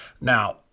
Now